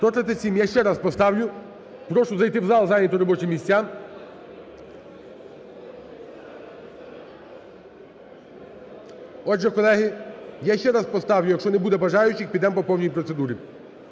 За-137 Я ще раз поставлю. Прошу зайти в зал і зайняти робочі місця. Отже, колеги, я ще раз поставлю. Якщо не буде бажаючих, підемо по повній процедурі.